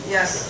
Yes